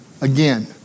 again